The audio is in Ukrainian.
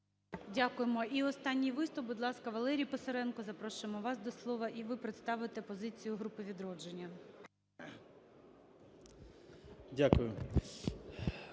Дякуємо. І останній виступ. Будь ласка, Валерій Писаренко. Запрошуємо вас до слова, і ви представите позицію групи "Відродження".